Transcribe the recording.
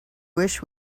wish